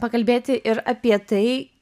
pakalbėti ir apie tai